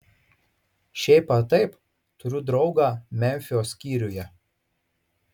šiaip ar taip turiu draugą memfio skyriuje